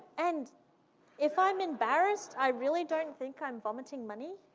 and if i'm embarrassed, i really don't think i'm vomiting money?